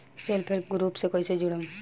Self help group से कइसे जुड़म?